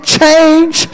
change